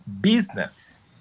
business